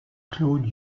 claude